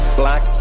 black